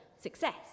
Success